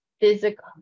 physical